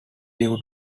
due